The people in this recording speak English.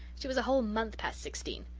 she was a whole month past sixteen.